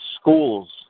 Schools